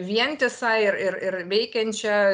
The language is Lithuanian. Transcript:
vientisą ir ir ir veikiančią